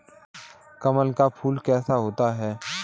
कमल का फूल कैसा होता है?